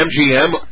MGM